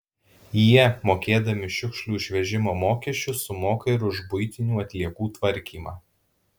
jie mokėdami šiukšlių išvežimo mokesčius sumoka ir už buitinių atliekų tvarkymą